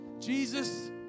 Jesus